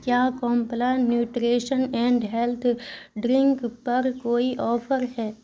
کیا Complan nutrition and health drink پر کوئی آفر ہے